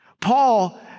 Paul